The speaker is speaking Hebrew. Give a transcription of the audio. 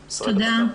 תודה.